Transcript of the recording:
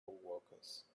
coworkers